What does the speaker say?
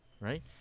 right